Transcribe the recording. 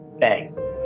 bang